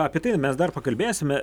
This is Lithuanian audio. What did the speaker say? apie tai mes dar pakalbėsime